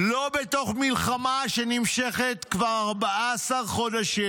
לא בתוך מלחמה שנמשכת כבר 14 חודשים.